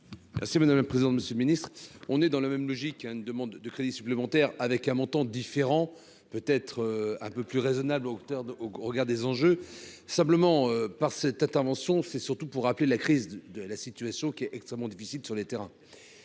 Merci madame la présidente, monsieur le Ministre, on est dans la même logique, une demande de crédit supplémentaire avec un montant différent, peut être un peu plus raisonnable, auteur au regard des enjeux simplement par cette intervention, c'est surtout pour appeler la crise de la situation qui est extrêmement difficile sur le terrain,